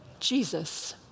Jesus